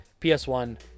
PS1